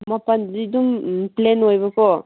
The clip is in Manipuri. ꯃꯄꯥꯟꯗꯗꯤ ꯑꯗꯨꯝ ꯄ꯭ꯂꯦꯟ ꯑꯣꯏꯕꯀꯣ